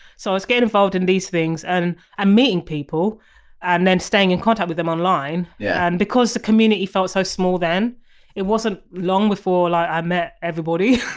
so i was getting involved in these things and and meeting people and then staying in contact with them online yeah and because the community felt so small then it wasn't long before like i met everybody,